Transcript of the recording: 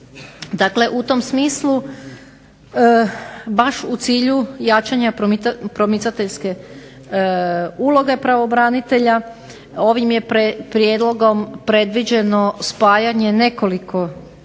itd. U tom smislu baš u cilju jačanja promicateljske uloge pravobranitelja, ovim je Prijedlogom predviđeno spajanje nekoliko